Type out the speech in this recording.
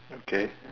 okay